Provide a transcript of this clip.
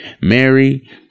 Mary